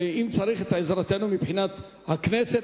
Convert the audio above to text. ואם צריך את עזרתנו מבחינת הכנסת,